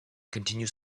continues